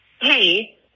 hey